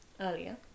earlier